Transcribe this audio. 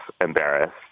embarrassed